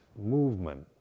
movement